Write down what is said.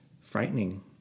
frightening